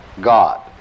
God